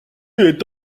est